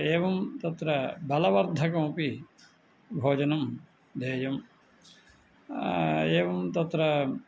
एवं तत्र बलवर्धकमपि भोजनं देयम् एवं तत्र